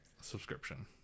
subscription